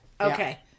Okay